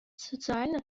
социально